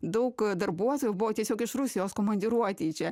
daug darbuotojų buvo tiesiog iš rusijos komandiruotei čia